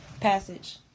Passage